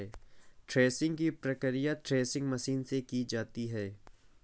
threshing की प्रकिया threshing machine से की जाती है